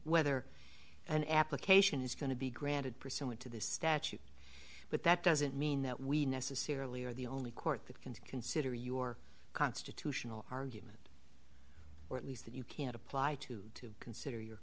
whether an application is going to be granted pursuant to this statute but that doesn't mean that we necessarily are the only court that can consider your constitutional argument or at least that you can apply to consider your